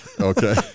okay